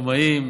השמאים,